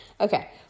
Okay